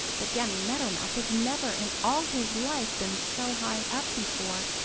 but danny meadow mouse had never in all his life been so high up before,